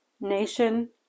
nation